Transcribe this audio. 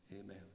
Amen